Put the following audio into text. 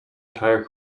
entire